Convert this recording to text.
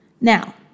Now